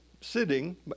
sitting